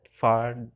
far